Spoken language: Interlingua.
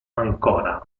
ancora